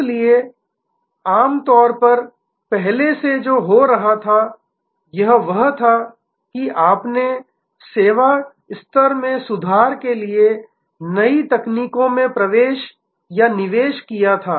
इसलिए आम तौर पर पहले जो हो रहा था वह यह था कि आपने सेवा स्तर में सुधार के लिए नई तकनीकों में निवेश किया था